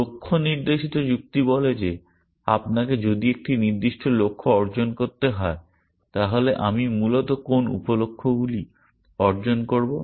লক্ষ্য নির্দেশিত যুক্তি বলে যে আপনাকে যদি একটি নির্দিষ্ট লক্ষ্য অর্জন করতে হয় তাহলে আমি মূলত কোন উপলক্ষ্যগুলি অর্জন করব